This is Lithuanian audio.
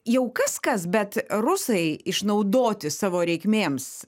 jau kas kas bet rusai išnaudoti savo reikmėms